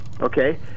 okay